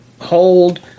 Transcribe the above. hold